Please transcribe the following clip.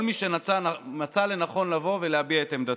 כל מי שמצא לנכון לבוא ולהביע את עמדתו,